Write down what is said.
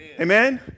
Amen